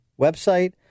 website